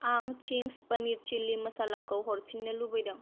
आं Ching's paneer chilli मोसालाखौ हरफिननो लुबैदों